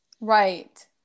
right